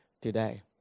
today